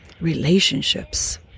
Relationships